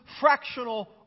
fractional